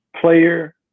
player